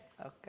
Okay